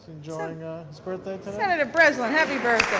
enjoying ah his birthday. senator breslin, happy birthday.